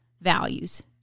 values